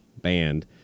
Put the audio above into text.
band